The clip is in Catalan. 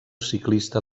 ciclista